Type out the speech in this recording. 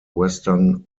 western